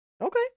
Okay